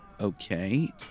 Okay